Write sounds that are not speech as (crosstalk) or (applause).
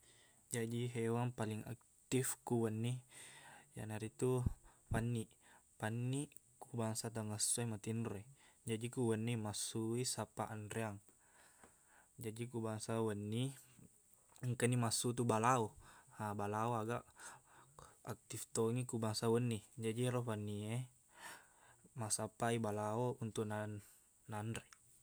Jaji hewan paling aktif ku wenni iyanaritu panniq panniq ko bangsa tangassoi matinro i jaji ku wenni messuq i sappa anreang (noise) jaji ku bangsa wenni engkani massuqtu balao haaa balao aga (hesitation) aktif tongi ku bangsa wenni jaji ero fanniq e massappai balao untuk nan- nanre